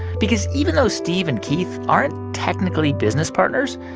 because even though steve and keith aren't technically business partners,